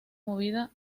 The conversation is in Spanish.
movida